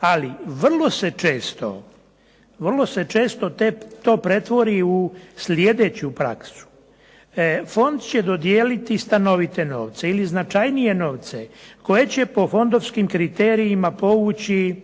ali vrlo se često to pretvori u slijedeću praksu. Fond će dodijeliti stanovite novce ili značajnije novce koje će po fondovskim kriterijima povući